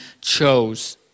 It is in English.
chose